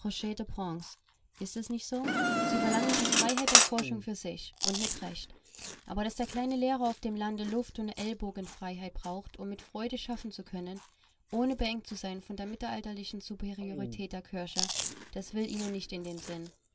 ist es nicht so sie verlangen die freiheit der forschung für sich und mit recht aber daß der kleine lehrer auf dem lande luft und ellbogenfreiheit braucht um mit freude schaffen zu können ohne beengt zu sein von der mittelalterlichen superiorität der kirche das will ihnen nicht in den sinn